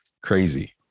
crazy